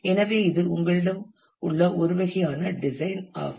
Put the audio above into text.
எனவே இது உங்களிடம் உள்ள ஒரு வகையான டிசைன் ஆகும்